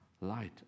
light